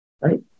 Right